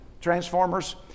Transformers